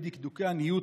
לידי דקדוקי עניות,